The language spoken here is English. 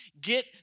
Get